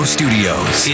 Studios